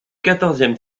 quatorzième